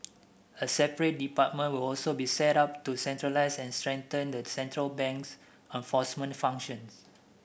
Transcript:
a separate department will also be set up to centralise and strengthen the central bank's enforcement functions